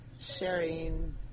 sharing